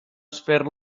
fer